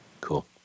Cool